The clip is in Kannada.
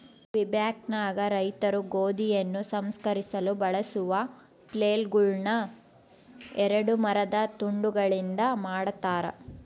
ಕ್ವಿಬೆಕ್ನಾಗ ರೈತರು ಗೋಧಿಯನ್ನು ಸಂಸ್ಕರಿಸಲು ಬಳಸುವ ಫ್ಲೇಲ್ಗಳುನ್ನ ಎರಡು ಮರದ ತುಂಡುಗಳಿಂದ ಮಾಡತಾರ